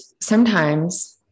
sometimes-